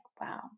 wow